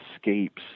escapes